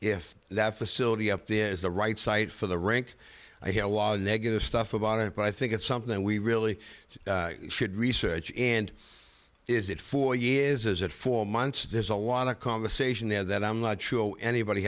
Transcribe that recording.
if that facility up there is the right site for the rink i hear a lot of negative stuff about it but i think it's something we really should research and is it four years as at four months there's a lot of conversation there that i'm not sure anybody